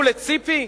חכו לציפי?